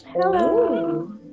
Hello